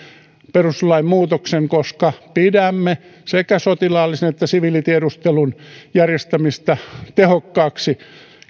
perustuslain muutoksen koska pidämme sekä sotilaallisen että siviilitiedustelun järjestämistä tehokkaaksi